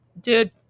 Dude